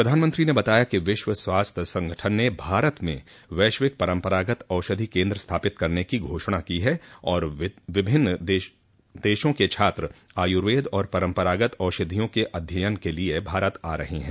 प्रधानमंत्री ने बताया कि विश्व स्वास्थ्य संगठन ने भारत में वैश्विक परंपरागत औषधि केंद्र स्थापित करने की घोषणा की है और विभिन्न देशों के छात्र आयुर्वेद और परंपरागत औषधियों के अध्ययन के लिए भारत आ रहे हैं